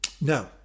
No